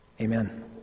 Amen